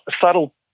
subtle